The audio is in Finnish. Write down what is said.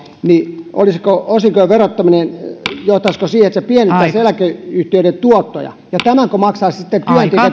niin johtaisiko osinkojen verottaminen siihen että se pienentäisi eläkeyhtiöiden tuottoja tämänkö maksaisivat sitten työntekijät